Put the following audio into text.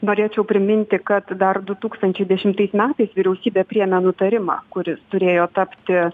norėčiau priminti kad dar du tūkstančiai dešimtais metais vyriausybė priėmė nutarimą kuris turėjo tapti